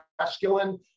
masculine